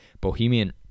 bohemian